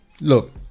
look